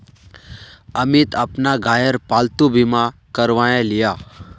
अमित अपना गायेर पालतू बीमा करवाएं लियाः